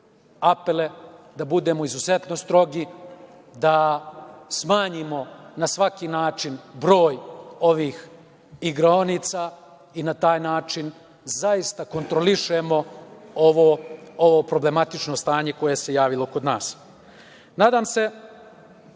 apele da budemo izuzetno strogi, da smanjimo na svaki način broj ovih igraonica i na taj način zaista kontrolišemo ovo problematično stanje koje se javilo koda nas. Nadam se